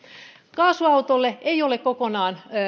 kaasuautolle ei ole kokonaan